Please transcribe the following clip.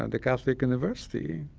and catholic university.